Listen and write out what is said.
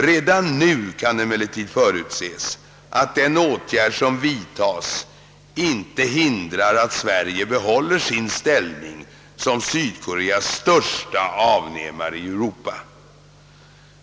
Redan nu kan emellertid förutses att den åtgärd som vidtagits inte hindrar att Sverige behåller sin ställning som Sydkoreas största avnämare i Europa.